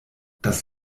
das